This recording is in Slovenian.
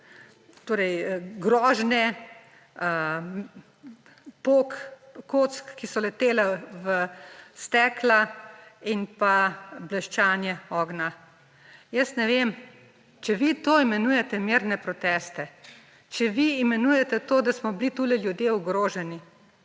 grožnje, pok kock, ki so letele v stekla, in pa bleščanje ognja. Jaz ne vem, če vi to imenujete mirne proteste, če vi imenujete to, da smo bili tu ljudje ogroženi,